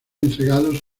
entregados